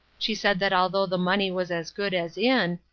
she said that although the money was as good as in,